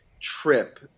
trip